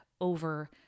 over